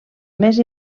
més